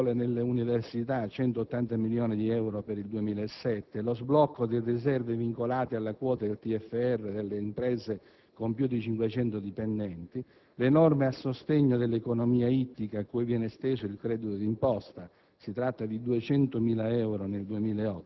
la razionalizzazione della spesa nelle scuole e nelle università (180 milioni di euro per il 2007), lo sblocco di riserve vincolate alle quote del TFR delle imprese con più di 500 dipendenti, le norme a sostegno dell'economia ittica, cui viene esteso il credito di imposta.